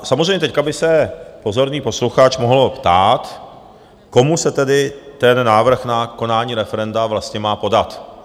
Samozřejmě teď by se pozorný posluchač mohl ptát, komu se tedy ten návrh na konání referenda vlastně má podat?